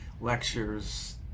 lectures